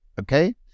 okay